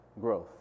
growth